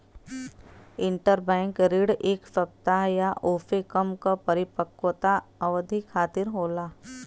interbank ऋण एक सप्ताह या ओसे कम क परिपक्वता अवधि खातिर होला